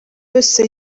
wese